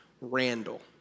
Randall